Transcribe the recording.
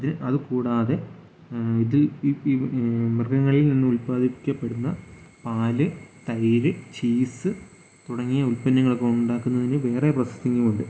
അതിന് അത് കൂടാതെ ഇതിൽ മൃഗങ്ങളിൽ നിന്ന് ഉല്പാദിക്കപ്പെടുന്ന പാൽ തൈര് ചീസ് തുടങ്ങിയ ഉൽപ്പന്നങ്ങളൊക്കെ ഉണ്ടാക്കുന്നതിന് വേറെ പ്രോസസ്സിങ്ങുമുണ്ട്